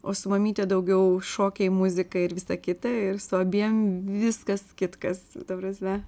o su mamyte daugiau šokiai muzika ir visa kita ir su abiem viskas kitkas ta prasme